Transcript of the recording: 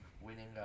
winning